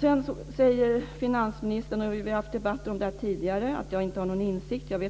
Sedan säger finansministern - och vi har haft en debatt om det tidigare - att jag inte har någon insikt.